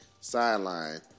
sideline